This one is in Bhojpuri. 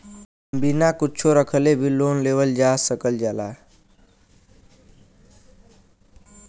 बिना कुच्छो रखले भी लोन लेवल जा सकल जाला